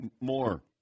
more